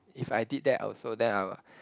if I did that I also then I'll